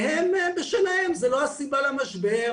והם בשלהם זאת לא הסיבה למשבר,